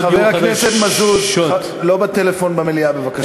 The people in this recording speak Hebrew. חבר הכנסת מזוז, לא בטלפון במליאה, בבקשה.